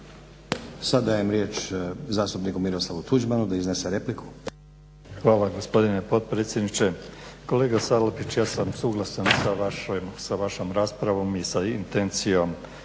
Sad dajem riječ zastupniku Miroslavu Tuđmanu da iznese repliku. **Tuđman, Miroslav (HDZ)** Hvala gospodine potpredsjedniče. Kolega Salapić, ja sam suglasan sa vašom raspravom i sa intencijom